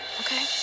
Okay